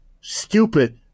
stupid